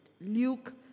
Luke